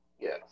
Yes